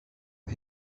the